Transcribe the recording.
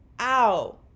ow